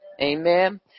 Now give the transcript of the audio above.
Amen